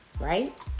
right